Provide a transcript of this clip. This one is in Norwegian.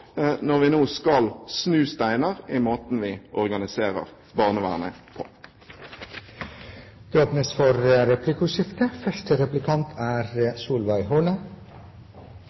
når vi nå skal snu steiner i måten vi organiserer barnevernet på. Det åpnes for replikkordskifte.